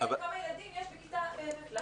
הם לא